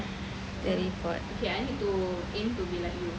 teleport